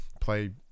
play